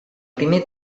primer